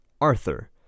Arthur